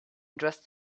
dressed